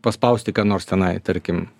paspausti ką nors tenai tarkim